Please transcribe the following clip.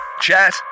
Chat